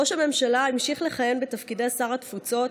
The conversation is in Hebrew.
ראש הממשלה המשיך לכהן בתפקידי שר התפוצות,